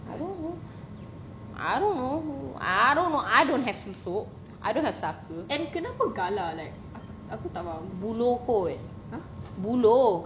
I don't know I don't know I don't have susuk I don't have saka buluh kot buluh